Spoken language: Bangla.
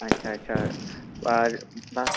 আচ্ছা আচ্ছা আর বাহ